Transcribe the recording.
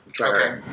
Okay